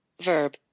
Verb